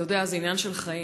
אתה יודע, זה עניין של חיים.